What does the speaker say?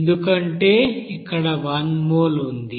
ఎందుకంటే ఇక్కడ 1 మోల్ ఉంది